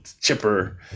chipper